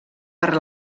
per